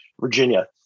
Virginia